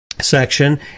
section